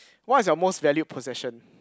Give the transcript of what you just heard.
what is your most valued possession